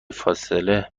فاصله